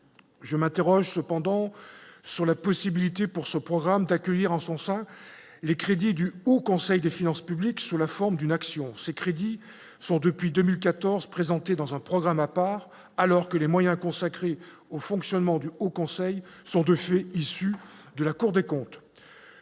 je m'interroge cependant sur la possibilité pour ce programme d'accueillir en son sein les crédits du Haut Conseil des finances publiques sous la forme d'une action ces crédits sont depuis 2014 présenté dans un programme à part, alors que les moyens consacrés au fonctionnement du Haut Conseil son dossier, issu de la Cour des comptes,